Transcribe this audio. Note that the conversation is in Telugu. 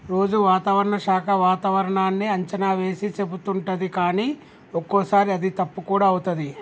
రోజు వాతావరణ శాఖ వాతావరణన్నీ అంచనా వేసి చెపుతుంటది కానీ ఒక్కోసారి అది తప్పు కూడా అవుతది